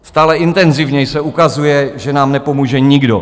Stále intenzivněji se ukazuje, že nám nepomůže nikdo.